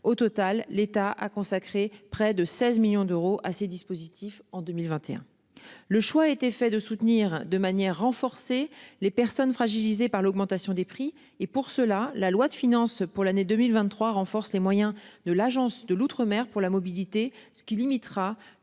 Au total, l'État a consacré près de 16 millions d'euros à ces dispositifs. En 2021, le choix a été fait de soutenir de manière renforcée les personnes fragilisées par l'augmentation des prix et pour cela, la loi de finances pour l'année 2023 renforce les moyens de l'Agence de l'outre-mer pour la mobilité ce qui limitera